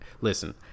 listen